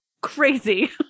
Crazy